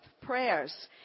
prayers